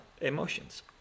emotions